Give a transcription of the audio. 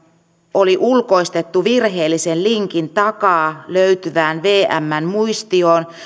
oli ulkoistettu virheellisen linkin takaa löytyvään vmn muistioon